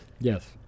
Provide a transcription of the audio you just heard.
Yes